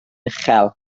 uchel